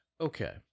Okay